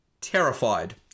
terrified